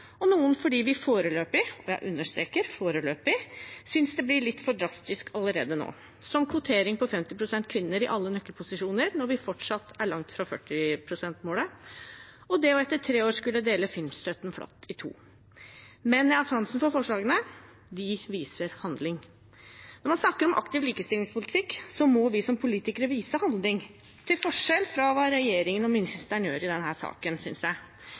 og noen fordi vi foreløpig – og jeg understreker foreløpig – synes det blir litt for drastisk allerede nå med kvotering på 50 pst. kvinner i alle nøkkelposisjoner, når vi fortsatt er langt fra 40 pst.-målet, og etter tre år å skulle dele filmstøtten flatt, i to. Men jeg har sansen for forslagene, de viser handling. Når man snakker om aktiv likestillingspolitikk, må vi som politikere vise handling – til forskjell fra hva regjeringen og ministeren gjør i denne saken, synes jeg.